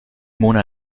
mona